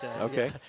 Okay